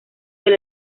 del